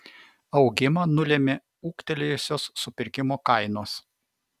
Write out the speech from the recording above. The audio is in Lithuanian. augimą nulėmė ūgtelėjusios supirkimo kainos